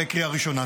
בקריאה ראשונה.